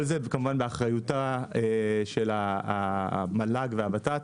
כל זה כמובן באחריותה של המל"ג והוות"ת.